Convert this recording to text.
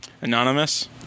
Anonymous